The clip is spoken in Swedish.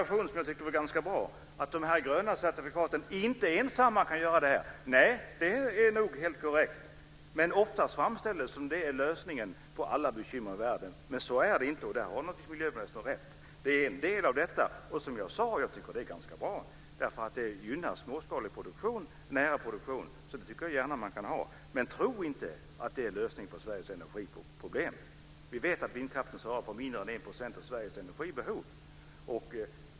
Sedan kom en ganska bra deklaration, nämligen att de gröna certifikaten inte ensamma kan klara detta. Nej, det är nog helt korrekt. Men oftast framställs det som om de är lösningen på alla bekymmer i världen. Så är det inte. Där har naturligtvis miljöministern rätt. De är en del i detta. De är ganska bra. De gynnar småskalig, nära produktion. Det kan man gärna ha. Men tro inte att de är lösningen på Sveriges energiproblem. Vi vet att vindkraften svarar för mindre än 1 % av Sveriges energibehov.